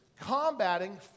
combating